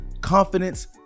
confidence